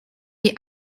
wie